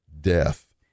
death